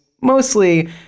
mostly